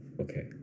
okay